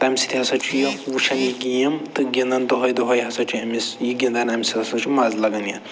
تَمہِ سۭتۍ ہَسا چھُ یہِ وٕچھان یہِ گیم تہٕ گِنٛدان دۄہَے دۄہَے ہَسا چھِ أمِس یہِ گِنٛدان أمِس ہَسا چھُ مزٕ لَگان یَتھ